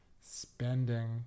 spending